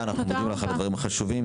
אנחנו מודים לך על הדברים החשובים.